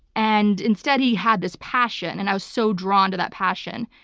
and instead he had this passion and i was so drawn to that passion.